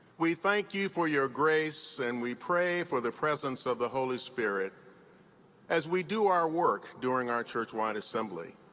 we thank you for your grace and we pray for the presence of the holy spirit as we do our work during our churchwide assembly.